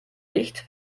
nicht